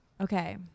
Okay